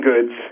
goods –